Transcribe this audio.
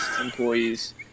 employees